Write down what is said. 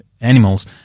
animals